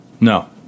No